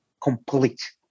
complete